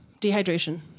dehydration